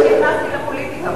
אני נכנסתי לפוליטיקה.